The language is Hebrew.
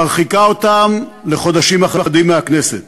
מרחיקה אותם לחודשים אחדים מהכנסת.